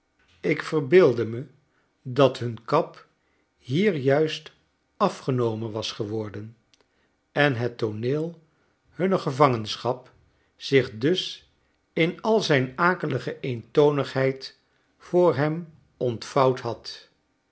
ik verbeeldde me dat hun kap hier juist afgenomen was geworden en het tooneel hunner gevangenschap zich dus in al zijn akelige eentonigheid voor hem ontvouwd had